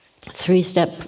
three-step